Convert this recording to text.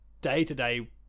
day-to-day